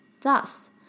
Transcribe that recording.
Thus